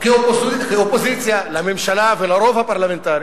כאופוזיציה לממשלה ולרוב הפרלמנטרי,